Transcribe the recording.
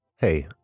Hey